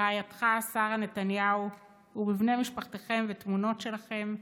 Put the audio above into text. ברעייתך שרה נתניהו ובבני משפחתכם ותמונות שלכם,